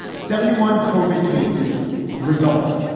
seventy one covered cases resulted.